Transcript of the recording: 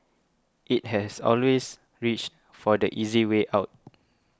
it has always reached for the easy way out